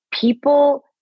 people